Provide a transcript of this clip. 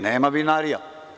Nema vinarija.